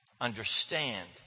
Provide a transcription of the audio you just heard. understand